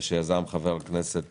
שיזם חבר הכנסת